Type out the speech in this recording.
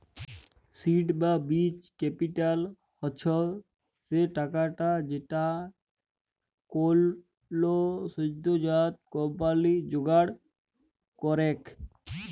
seed বা বীজ capital হচ্ছ সে টাকাটা যেইটা কোলো সদ্যজাত কম্পানি জোগাড় করেক